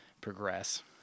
progress